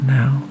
now